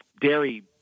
dairy